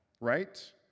right